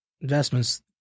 investments